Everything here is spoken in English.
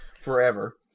Forever